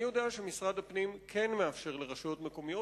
אני יודע שמשרד הפנים כן מאפשר לרשויות מקומיות,